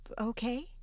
okay